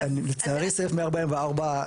סעיף 144,